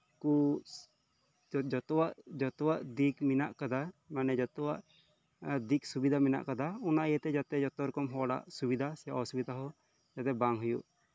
ᱠᱚ ᱡᱷᱚᱛᱚᱣᱟᱜ ᱫᱤᱠ ᱢᱮᱱᱟᱜ ᱟᱠᱟᱫᱟ ᱢᱟᱱᱮ ᱡᱷᱚᱛᱚᱣᱟᱜ ᱫᱤᱠ ᱥᱩᱵᱤᱫᱷᱟ ᱢᱮᱱᱟᱜ ᱟᱠᱟᱫᱟ ᱚᱱᱟ ᱤᱭᱟᱹᱛᱮ ᱡᱟᱛᱮ ᱡᱷᱚᱛᱚ ᱨᱚᱠᱚᱢ ᱦᱚᱲᱟᱜ ᱥᱩᱵᱤᱫᱷᱟ ᱥᱮ ᱚᱥᱩᱵᱤᱫᱷᱟ ᱦᱚᱸ ᱡᱟᱛᱮ ᱵᱟᱝ ᱦᱳᱭᱳᱜ